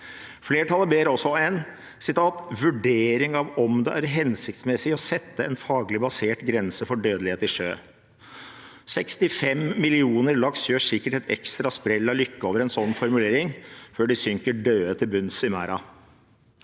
Flertallet ber også om en vurdering av «om det er hensiktsmessig å sette en faglig basert grense for dødelighet i sjøfasen.» 65 millioner laks gjør sikkert et ekstra sprell av lykke over en slik formulering før de synker døde til bunns i merden.